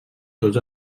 tots